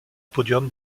podium